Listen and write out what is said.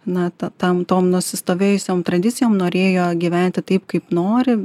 na ta tam tom nusistovėjusiom tradicijom norėjo gyventi taip kaip nori